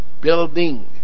building